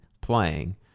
playing